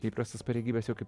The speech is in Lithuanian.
įprastas pareigybes jau kaip